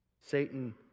Satan